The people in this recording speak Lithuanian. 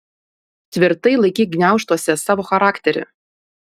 tvirtai laikyk gniaužtuose savo charakterį